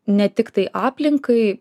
ne tiktai aplinkai